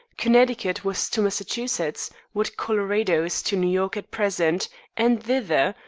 connecticut was to massachusetts what colorado is to new york at present and thither,